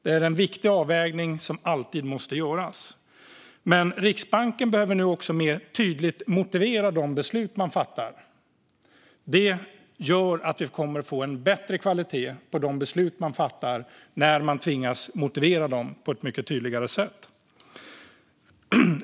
Det är en viktig avvägning som alltid måste göras. Men Riksbanken behöver nu också mer tydligt motivera de beslut som man fattar. Det gör att vi kommer att få en bättre kvalitet på de beslut som man fattar när man tvingas motivera dem på ett mycket tydligare sätt.